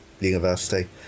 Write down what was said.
university